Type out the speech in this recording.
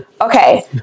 okay